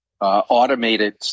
automated